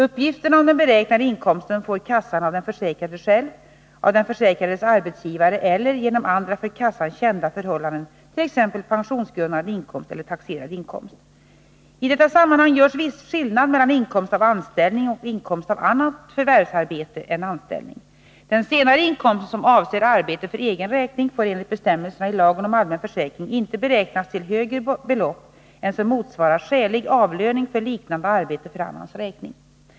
Uppgifterna om den beräknade inkomsten får kassan av den försäkrade själv, av den försäkrades arbetsgivare eller genom andra för kassan kända förhållanden, t.ex. pensionsgrundande inkomst eller taxerad inkomst. I detta sammanhang görs viss skillnad mellan inkomst av anställning och inkomst av annat förvärvsarbete än anställning. Den senare inkomsten, som avser arbete för egen räkning, får enligt bestämmelserna i lagen om allmän försäkring inte beräknas till högre belopp än som motsvarar skälig avlöning för liknande arbete för annans räkning.